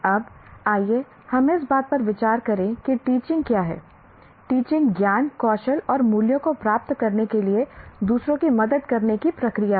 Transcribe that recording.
अब आइए हम इस बात पर विचार करें कि टीचिंग क्या है टीचिंग ज्ञान कौशल और मूल्यों को प्राप्त करने के लिए दूसरों की मदद करने की प्रक्रिया है